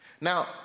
Now